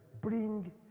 Bring